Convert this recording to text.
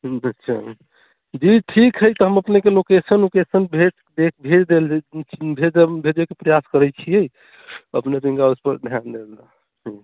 अच्छा जी ठीक हइ तऽ हम अपनेकेँ लोकेशन ओकेशन भेज भेज देल भेज भेजैके प्रयास करैत छियै अपने ओहिपर ध्यान देल जाउ ह्म्म